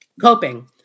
Coping